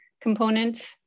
component